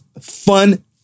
fun